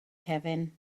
kevin